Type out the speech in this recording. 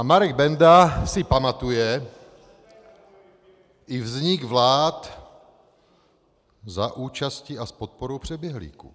A Marek Benda si pamatuje i vznik vlád za účasti a s podporou přeběhlíků.